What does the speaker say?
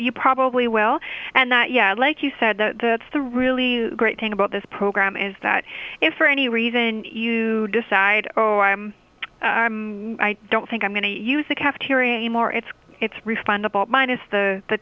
probably will and that yeah like you said the the really great thing about this program is that if for any reason you decide oh i'm i'm i don't think i'm going to use the cafeteria anymore it's it's refundable minus the the